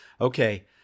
Okay